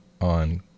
on